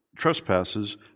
Trespasses